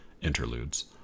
interludes